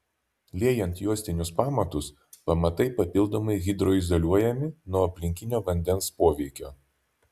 liejant juostinius pamatus pamatai papildomai hidroizoliuojami nuo aplinkinio vandens poveikio